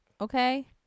Okay